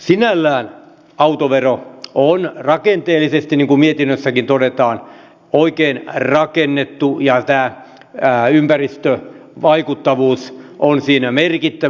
sinällään autovero on rakenteellisesti niin kuin mietinnössäkin todetaan oikein rakennettu ja tämä ympäristövaikuttavuus on siinä merkittävä